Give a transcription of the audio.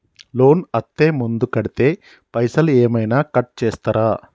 Loan అత్తే ముందే కడితే పైసలు ఏమైనా కట్ చేస్తరా?